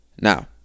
Now